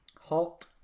Hot